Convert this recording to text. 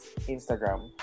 instagram